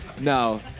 No